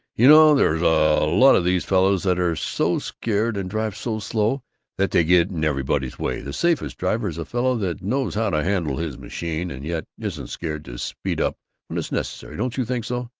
you know, there's a lot of these fellows that are so scared and drive so slow that they get in everybody's way. the safest driver is a fellow that knows how to handle his machine and yet isn't scared to speed up when it's necessary, don't you think so?